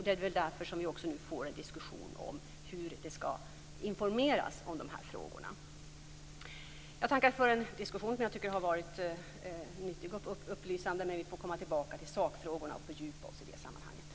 Det är väl därför som vi får en diskussion om hur det skall informeras om dessa frågor. Jag tackar för en diskussion som jag tycker har varit nyttig och upplysande, men vi får komma tillbaka till sakfrågorna och fördjupa oss i det sammanhanget.